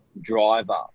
driver